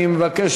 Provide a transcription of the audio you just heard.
אני מבקש